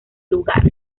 lugar